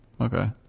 Okay